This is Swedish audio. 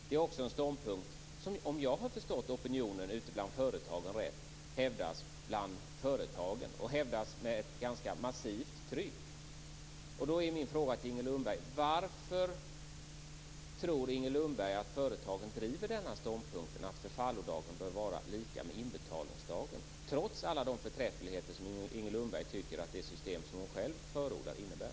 Det är också en ståndpunkt som, om jag har förstått opinionen ute bland företagen rätt, hävdas bland företagen, och hävdas med ett ganska massivt tryck. Lundberg att företagen driver denna ståndpunkt att förfallodagen bör vara lika med inbetalningsdagen, trots alla de förträffligheter som Inger Lundberg tycker att det system hon själv förordar innebär?